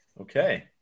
okay